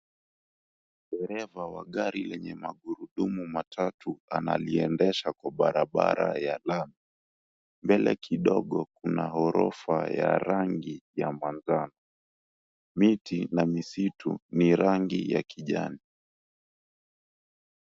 Dereva wa gari lenye magurudumu matatu analiendesha kwa barabara ya lami. Mbele kidogo kuna ghorofa ya rangi ya manjano. Miti na misitu ni rangi ya kijani.